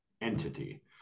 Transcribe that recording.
entity